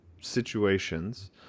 situations